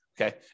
okay